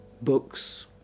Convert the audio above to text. books